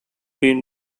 been